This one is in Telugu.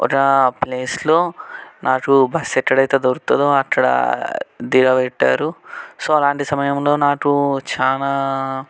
ఒక ప్లేస్లో నాకు బస్సు ఎక్కడైతే దొరుకుతుందో అక్కడ దిగబెట్టారు సో అలాంటి సమయంలో నాకు చాలా